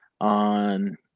on